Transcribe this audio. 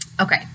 okay